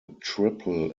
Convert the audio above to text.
triple